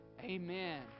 amen